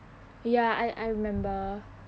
ya I I remember